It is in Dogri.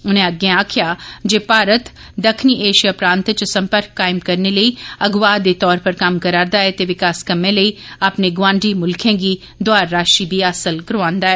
उनें अग्गै आक्खेआ जे भारत दक्खनी ऐशिया प्रांता च सम्पर्क कायम करने लेई अगुवाह दे तौर पर कम्म करा'रदा ऐ ते विकास कम्मै लेई अपने गुआंड़ी मुल्खें गी दोआर राशि बी हासल करवा'दा ऐ